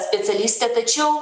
specialistė tačiau